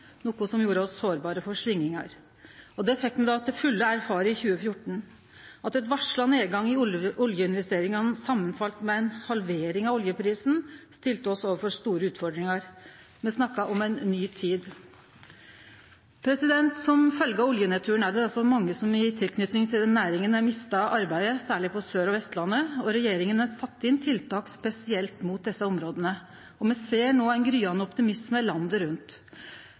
noko som gjorde oss sårbare for svingingar. Det fekk me til fulle erfare i 2014. At ein varsla nedgang i oljeinvesteringane fall saman med ei halvering av oljeprisen, stilte oss overfor store utfordringar. Me snakka om ei ny tid. Som følgje av oljenedturen er det mange som hadde tilknyting til den næringa, som har mista arbeidet, særleg på Sør- og Vestlandet, og regjeringa har sett inn tiltak spesielt mot desse områda. Me ser no ein gryande optimisme landet rundt.